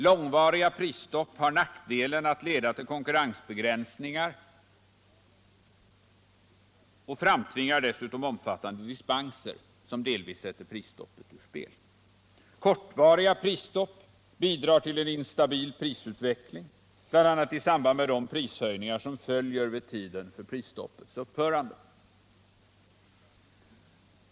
Långvariga prisstopp har nackdelen att leda till konkurrensbegränsningar och framtvingar dessutom omfattande dispenser, som delvis sätter prisstoppet ur spel. Kortvariga prisstopp bidrar till en instabil prisutveckling, bl.a. i samband med de prishöjningar som 2 följer vid tiden för prisstoppets upphörande.